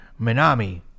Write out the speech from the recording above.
Minami